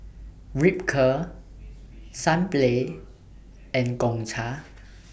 Ripcurl Sunplay and Gongcha